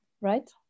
right